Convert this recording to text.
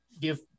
give